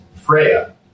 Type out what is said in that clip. Freya